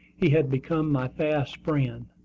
he had become my fast friend.